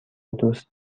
دوست